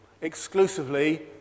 exclusively